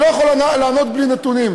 אני לא יכול לענות בלי נתונים.